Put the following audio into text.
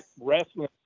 wrestling